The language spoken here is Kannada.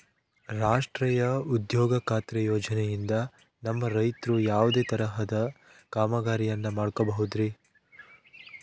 ರಾಷ್ಟ್ರೇಯ ಉದ್ಯೋಗ ಖಾತ್ರಿ ಯೋಜನೆಯಿಂದ ನಮ್ಮ ರೈತರು ಯಾವುದೇ ತರಹದ ಕಾಮಗಾರಿಯನ್ನು ಮಾಡ್ಕೋಬಹುದ್ರಿ?